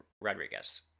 Rodriguez